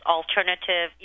alternative